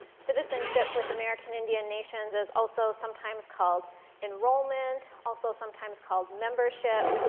citizenship with american indian nations is also sometimes called enrollment, also sometimes called membership.